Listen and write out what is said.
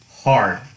hard